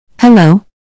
Hello